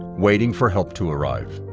waiting for help to arrive.